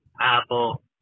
Apple